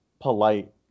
polite